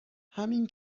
همین